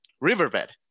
Riverbed